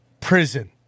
prison